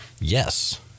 Yes